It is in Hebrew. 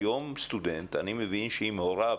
היום אני מבין שאם הוריו